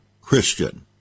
Christian